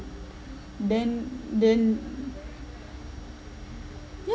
then then